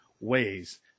ways